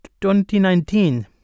2019